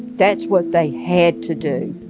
that's what they had to do